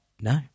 no